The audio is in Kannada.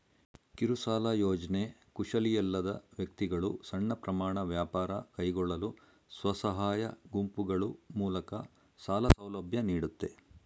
ಕಿರುಸಾಲ ಯೋಜ್ನೆ ಕುಶಲಿಯಲ್ಲದ ವ್ಯಕ್ತಿಗಳು ಸಣ್ಣ ಪ್ರಮಾಣ ವ್ಯಾಪಾರ ಕೈಗೊಳ್ಳಲು ಸ್ವಸಹಾಯ ಗುಂಪುಗಳು ಮೂಲಕ ಸಾಲ ಸೌಲಭ್ಯ ನೀಡುತ್ತೆ